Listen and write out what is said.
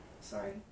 sorry